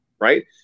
right